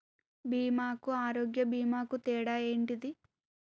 బీమా కు ఆరోగ్య బీమా కు తేడా ఏంటిది?